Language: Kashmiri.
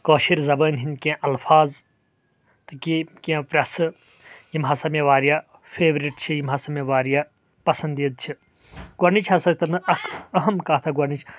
کٲشر زبانہِ ہنٛدۍ کینٛہہ الفاظ تہٕ کی کینٛہہ پرٮ۪ژھہٕ یِم ہسا مےٚ واریاہ فیورِٹ چھِ یِم ہسا مےٚ واریاہ پسنٛدیٖد چھِ گۄڈنِچ ہسا تَتھ منٛز اکھ أہم کتھ اکھ گۄڈنِچ